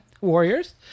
warriors